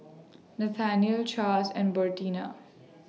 Nathanael Chaz and Bertina